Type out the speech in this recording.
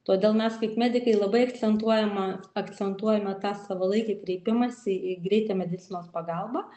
todėl mes kaip medikai labai akcentuojama akcentuojame tą savalaikį kreipimąsi į greitąją medicinos pagalbą